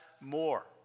more